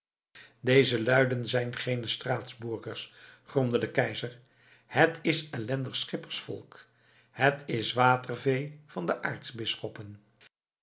deze luiden zijn geene straatsburgers gromde de keizer het is ellendig schippersvolk het is watervee van de